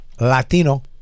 Latino